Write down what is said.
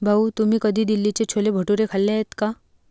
भाऊ, तुम्ही कधी दिल्लीचे छोले भटुरे खाल्ले आहेत का?